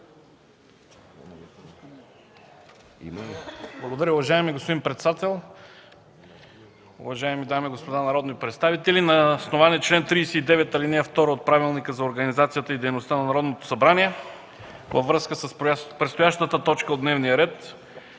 Благодаря. Уважаеми господин председател, уважаеми дами и господа народни представители, на основание чл. 39, ал. 2 от Правилника за организацията и дейността на Народното събрание, във връзка с предстоящата точка от дневния ред